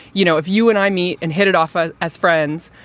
you know, if you and i meet and hit it off ah as friends,